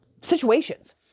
situations